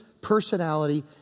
personality